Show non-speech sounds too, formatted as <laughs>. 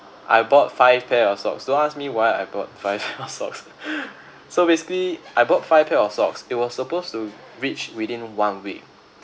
I bought five pair of socks don't ask me why I bought five pair of socks <laughs> so basically I bought five pair of socks it was supposed to reach within one week